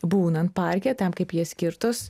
būnant parke tam kaip jie skirtos